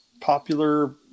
popular